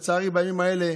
לצערי, בימים האלה